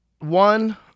One